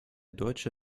deutsche